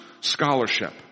scholarship